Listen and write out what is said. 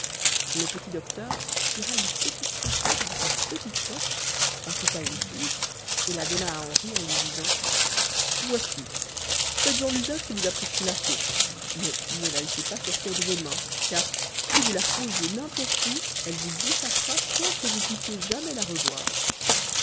le petit docteur tira une petite serpette de sa petite poche en coupa une tige et la donna à henri en lui disant voici faites-en l'usage que vous a prescrit la fée mais ne la laissez pas sortir de vos mains car si vous la posez n'importe où elle vous échappera sans que vous puissiez jamais la ravoir